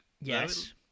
Yes